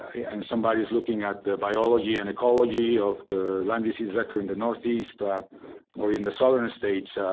and somebody is looking at the biology and ecology of the lyme disease vector in the northeast or in the southern states.